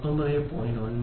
9 ഉം ആണ്